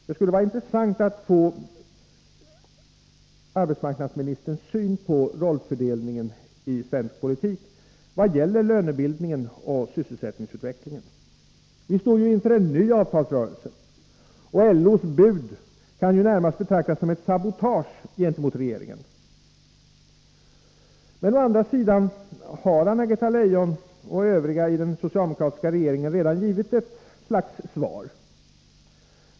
Det skulle vara intressant att få arbetsmarknadsministerns syn på rollfördelningen i svensk politik, vad gäller lönebildningen och sysselsättningsutvecklingen. Vi står ju inför en ny avtalsrörelse, och LO:s bud kan närmast betraktas som ett sabotage gentemot regeringen. Men å andra sidan har Anna-Greta Leijon och övriga i den socialdemokratiska regeringen redan givit ett slags svar.